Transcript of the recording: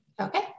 Okay